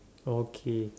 okay